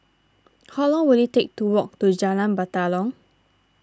how long will it take to walk to Jalan Batalong